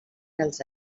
dels